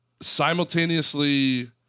simultaneously